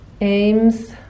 aims